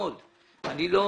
אני לא